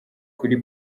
kuri